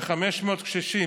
ב-500 קשישים.